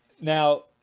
Now